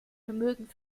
vermögen